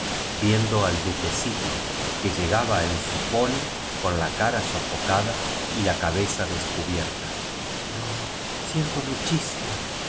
viendo al duquesito que llegaba en su poney con la cara sofocada y la cabeza descubierta lo siento muchísimo